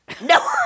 No